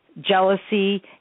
jealousy